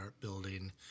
building